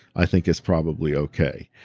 i think it's probably okay.